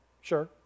sure